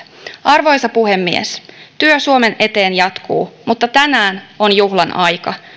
arvoisa puhemies työ suomen eteen jatkuu mutta tänään on juhlan aika